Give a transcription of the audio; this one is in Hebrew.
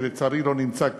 שלצערי לא נמצא כאן,